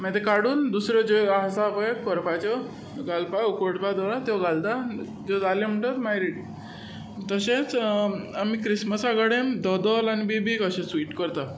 मागीर ते काडून दुसरे जे आसा पळय करपाच्यो उकडपाक त्यो घालता त्यो जाल्यो म्हणटकच मागीर रेडी तशेंच आमी क्रिस्मसा कडेन दोदोल आनी बिबीक अशें स्वीट करतात